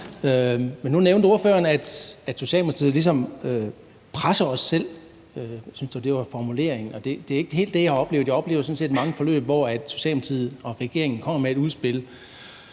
Men nu nævnte ordføreren, at Socialdemokratiet ligesom presser sig selv – jeg synes, det var det, der var formuleringen – og det er ikke helt det, jeg har oplevet. Jeg oplever sådan set mange forløb, hvor Socialdemokratiet og regeringen kommer med et udspil,